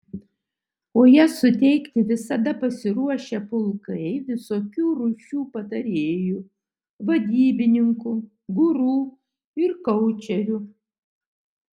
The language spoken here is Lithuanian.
o ją suteikti visada pasiruošę pulkai visokių rūšių patarėjų vadybininkų guru ir koučerių